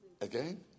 Again